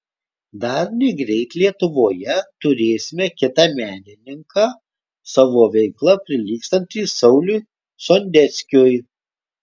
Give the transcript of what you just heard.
dar negreit lietuvoje turėsime kitą menininką savo veikla prilygstantį sauliui sondeckiui